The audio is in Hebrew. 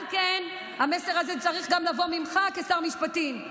על כן, המסר הזה צריך גם לבוא ממך כשר משפטים,